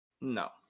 No